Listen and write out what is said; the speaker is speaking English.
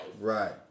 Right